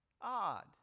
Odd